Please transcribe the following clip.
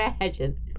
imagine